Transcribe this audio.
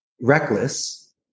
reckless